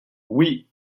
oui